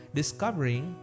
discovering